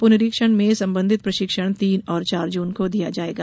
पुनरीक्षण से संबंधित प्रशिक्षण तीन और चार जून को दिया जाएगा